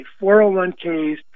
401ks